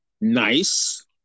Nice